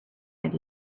had